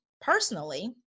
personally